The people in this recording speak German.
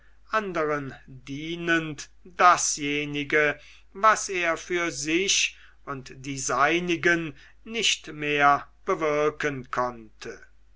andern dienend dasjenige was er für sich und die seinigen nicht mehr bewirken konnte